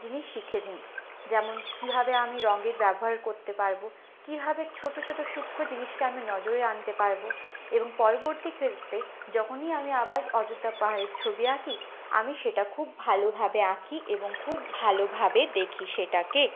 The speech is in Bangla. জিনিস শিখে নিই যেমন কীভাবে আমি রঙের ব্যবহার করতে পারব কীভাবে ছোট ছোট সুক্ষ্ম জিনিসকে আমি নজরে আনতে পারব এবং পরবর্তী ক্ষেত্রে যখনই আমি আবার অযোধ্যা পাহাড়ের ছবি আঁকি আমি সেটা খুব ভালোভাবে আঁকি এবং খুব ভালোভাবে দেখি সেটাকে